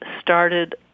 started